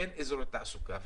אין אזורי תעסוקה,